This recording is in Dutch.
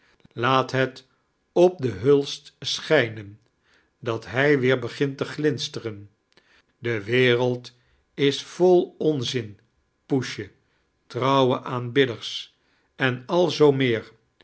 laat net op den hulst schijnen dat hij weer begint t glimmen de wereld is vol onzin poesje trouwe aanbidders en al zoo meer